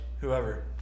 whoever